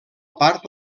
part